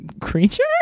creature